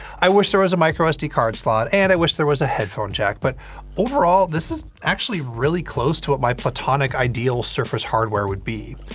i wish there was a microsd card slot, and i wish there was a headphone jack, but overall, this is actually really close to what my platonic ideal surface hardware would be.